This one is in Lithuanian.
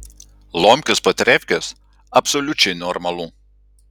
lomkės po trefkės absoliučiai normalu